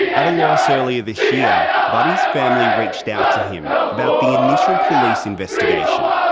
at a loss, earlier this year, buddy's family reached out to him about the initial police investigation.